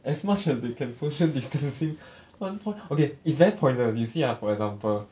as much as they can social distancing one point okay it's that pointless you see ah for example